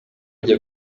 ajya